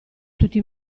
tutti